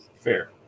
Fair